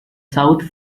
south